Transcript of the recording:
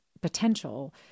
potential